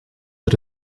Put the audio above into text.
dat